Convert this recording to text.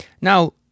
now